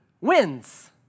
wins